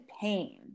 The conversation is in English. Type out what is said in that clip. pain